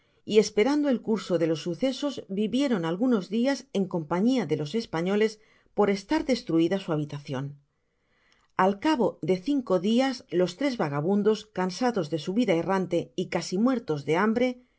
y esperando el curso de los sucesos vivieron algunos dias en compañia de los españoles por estar destruida su habitacion al cabo de cinco dias los tres vagabundos cansados de su vida errante y casi muertos do hambre